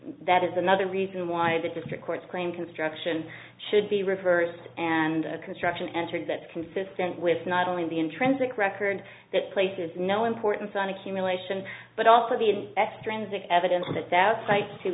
that is another reason why the district court's claim construction should be reversed and a construction entered that's consistent with not only the intrinsic record that places no importance on accumulation but also the extremes of evidence that's outside to